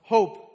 Hope